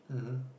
mmhmm